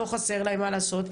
לא חסר להם מה לעשות,